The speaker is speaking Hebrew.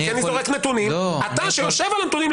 כי אני זורק נתונים ואתה שיושב על הנתונים,